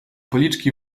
policzki